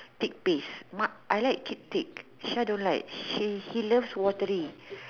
thick paste mud I like thick thick Shah don't like he he loves watery